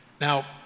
Now